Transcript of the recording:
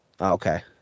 Okay